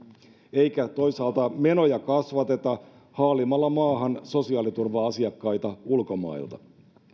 eikä toisaalta menoja kasvateta haalimalla maahan sosiaaliturva asiakkaita ulkomailta